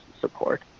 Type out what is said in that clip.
support